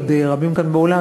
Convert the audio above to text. עוד רבים כאן באולם,